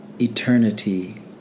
eternity